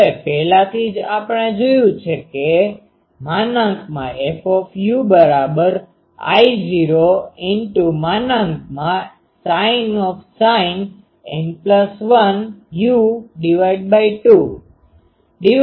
હવે પહેલાથી આપણે જોયું છે કે FI૦sin N12 sin u2 છે